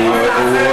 הוא לא התנצל.